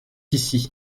ici